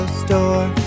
store